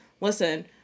Listen